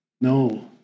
No